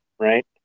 Right